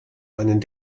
einen